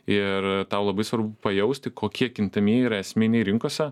ir tau labai svarbu pajausti kokie kintamieji yra esminiai rinkose